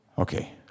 Okay